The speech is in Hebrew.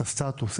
את הסטטוס,